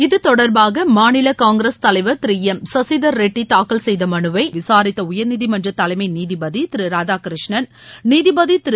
இது தொடர்பாக மாநில காங்கிரஸ் தலைவர திரு எம் சசிதர் ரெட்டி தாக்கல் செய்த மனுவை விசாரித்த உயர்நீதிமன்ற தலைமை நீதிபதி திரு ராதாகிருஷ்ணன் நீதிபதி திரு